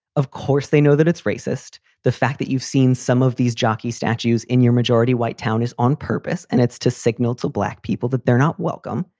of course they know that it's racist. the fact that you've seen some of these jocky statues in your majority white town is on purpose and it's to signal to black people that they're not welcome.